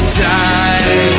die